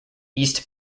east